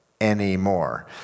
anymore